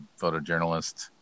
photojournalist